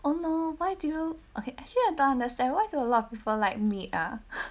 oh no why do you okay actually I don't understand why do a lot of people like meat ah